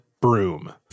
broom